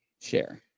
share